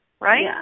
Right